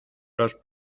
los